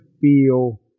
feel